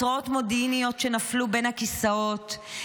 התראות מודיעיניות שנפלו בין הכיסאות,